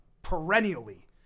Perennially